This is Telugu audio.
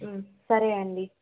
సరే అండీ